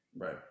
Right